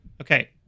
Okay